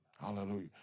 Hallelujah